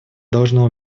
должно